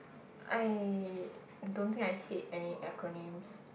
I don't think I hate any acronyms